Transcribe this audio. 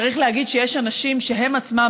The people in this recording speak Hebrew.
צריך להגיד שיש אנשים שהם עצמם,